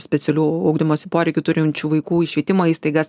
specialių ugdymosi poreikių turinčių vaikų į švietimo įstaigas